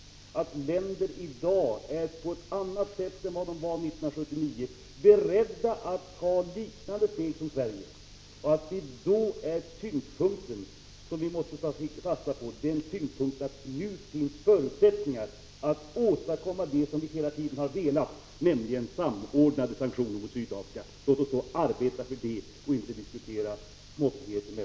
Många länder är i dag, på ett helt annat sätt än de var 1979, beredda att ta liknande steg som Sverige. Vi bör ta fasta på detta — på att det nu finns förutsättningar för att åstadkomma det som vi hela tiden har velat få till stånd, nämligen internationellt samordnade åtgärder mot Sydafrika. Låt oss arbeta för detta och inte diskutera småttigheter!